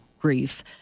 grief